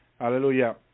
Hallelujah